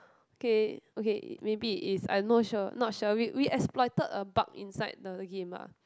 okay okay maybe it is I'm not sure not sure we we exploited a bug inside the game ah